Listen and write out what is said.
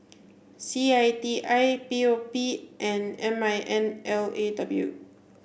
C I T I P O P and M I N L A W